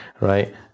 right